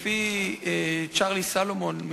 לפי צ'רלי סלומון,